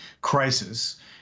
crisis